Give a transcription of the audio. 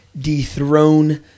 dethrone